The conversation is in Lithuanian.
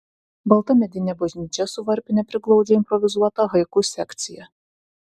balta medinė bažnyčia su varpine priglaudžia improvizuotą haiku sekciją